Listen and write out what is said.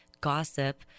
gossip